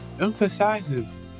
emphasizes